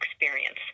experience